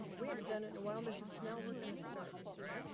we haven't done it in a while. mrs. snell, we're gonna start with you.